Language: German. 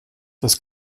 das